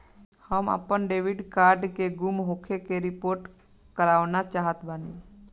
हम आपन debit card के गुम होखे के रिपोर्ट करवाना चाहत बानी